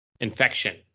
infection